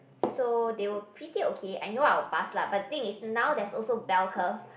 so they were pretty okay I know I will pass lah but the thing is now there's also bell curve